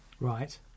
Right